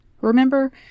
Remember